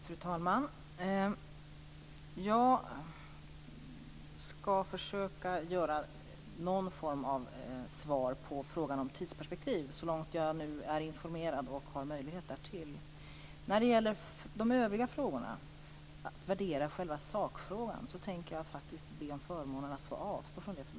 Fru talman! Jag skall försöka ge någon form av svar på frågan om tidsperspektiv, så långt jag är informerad och har möjlighet därtill. När det gäller frågorna om en värdering av sakläget tänker jag faktiskt be om förmånen att för närvarande få avstå från att svara.